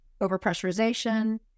overpressurization